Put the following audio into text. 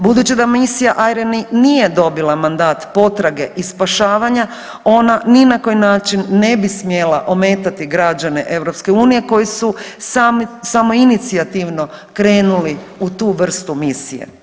Budući da misija „IRINI“ nije dobila mandat potrage i spašavanja, ona ni na koji način ne bi smjela ometati građane EU koji su samoinicijativno krenuli u tu vrstu misije.